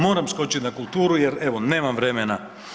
Moram skočiti na kulturu jer evo nemam vremena.